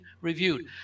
reviewed